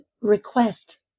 request